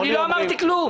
אני לא אמרתי כלום.